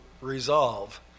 resolve